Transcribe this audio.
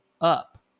up